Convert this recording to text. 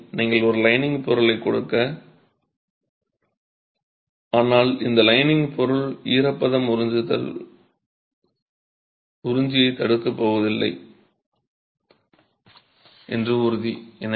எனவே நீங்கள் ஒரு லைனிங்க் பொருள் கொடுக்க ஆனால் இந்த லைனிங்க் பொருள் ஈரப்பதம் உறிஞ்சுதல் உறிஞ்சி தடுக்க போவதில்லை என்று உறுதி